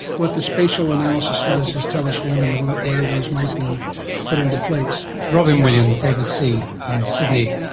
what the spatial analysis does is tell us when and where those might be put into place. robyn williams, abc in sydney.